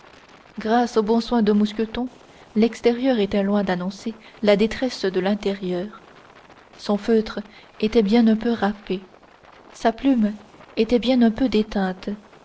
grâce aux bons soins de mousqueton l'extérieur était loin d'annoncer la détresse de l'intérieur son feutre était bien un peu râpé sa plume était bien un peu déteinte